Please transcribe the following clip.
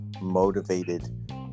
motivated